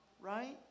right